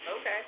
Okay